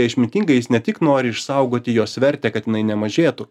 ja išmintingai jis ne tik nori išsaugoti jos vertę kad jinai nemažėtų